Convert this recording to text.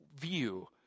view